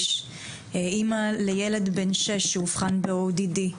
אמא לילד בן שש שאובחן ב-ODD,